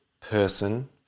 person